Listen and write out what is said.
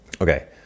Okay